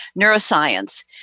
neuroscience